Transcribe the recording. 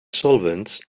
solvents